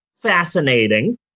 fascinating